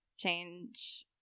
change